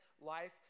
life